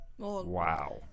Wow